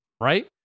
right